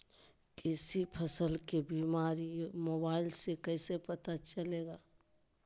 किसी फसल के बीमारी मोबाइल से कैसे पता चलेगा?